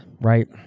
right